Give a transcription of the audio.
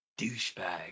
douchebag